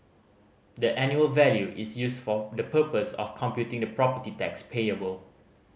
the annual value is used for the purpose of computing the property tax payable